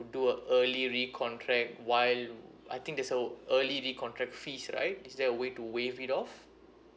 do a early recontract while I think there's a early recontract fees right is there a way to waive it off